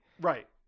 Right